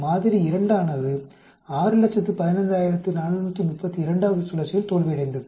மாதிரி 2 ஆனது 615432 வது சுழற்சியில் தோல்வியடைந்தது